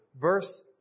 Verse